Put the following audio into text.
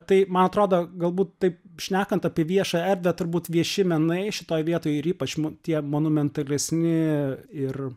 tai man atrodo galbūt taip šnekant apie viešąją erdvę turbūt vieši menai šitoj vietoj ir ypač mums tie monumentalesni ir